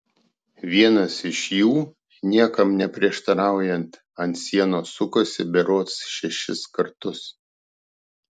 vienas iš jų niekam neprieštaraujant ant sienos sukosi berods šešis kartus